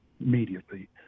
immediately